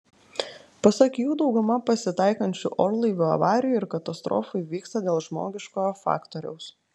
pasak jų dauguma pasitaikančių orlaivių avarijų ir katastrofų įvyksta dėl žmogiškojo faktoriaus